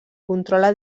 controla